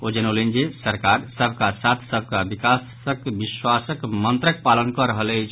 ओ जनौलनि जे सरकार सबका साथ सबका विकास विश्वासक मंत्रक पालन कऽ रहल अछि